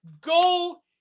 go